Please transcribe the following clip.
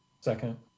Second